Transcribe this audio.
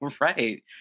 Right